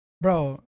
bro